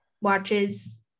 watches